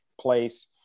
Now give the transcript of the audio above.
place